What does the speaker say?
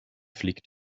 fliegt